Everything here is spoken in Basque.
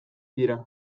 dira